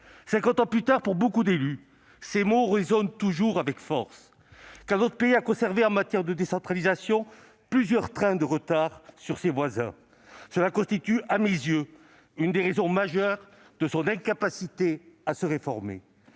ans plus tard, pour beaucoup d'élus, ces mots résonnent toujours avec force, car notre pays a conservé, en matière de décentralisation, plusieurs trains de retard sur ses voisins. Cela constitue, à mes yeux, une des raisons majeures de son incapacité à se réformer.